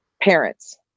parents